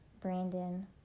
Brandon